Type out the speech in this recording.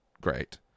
great